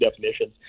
definitions